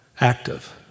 active